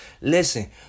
Listen